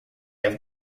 have